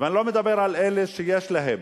ואני לא מדבר על אלה שיש להם,